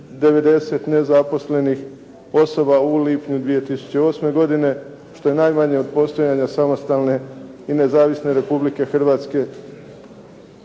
290 nezaposlenih osoba u lipnju 2008. godine što je najmanje od postojanja samostalne i nezavisne Republike Hrvatske